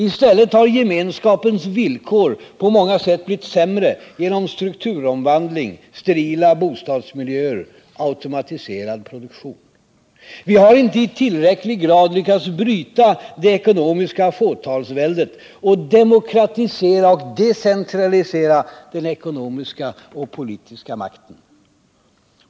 I stället har gemenskapens villkor på många sätt blivit sämre genom strukturomvandling, sterila bostadsmiljöer, automatiserad produktion. Vi har inte i tillräcklig grad lyckats bryta det ekonomiska fåtalsväldet och demokratisera och decentralisera den ekonomiska och den politiska makten.